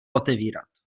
otevírat